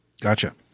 Gotcha